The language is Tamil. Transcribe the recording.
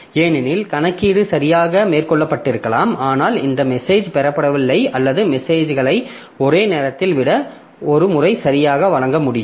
ஏனெனில் கணக்கீடு சரியாக மேற்கொள்ளப்பட்டிருக்கலாம் ஆனால் இந்த மெசேஜ் பெறப்படவில்லை அல்லது மெசேஜ் களை ஒரே நேரத்தில் விட ஒரு முறை சரியாக வழங்க முடியும்